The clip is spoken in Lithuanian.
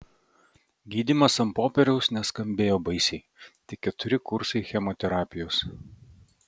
gydymas ant popieriaus neskambėjo baisiai tik keturi kursai chemoterapijos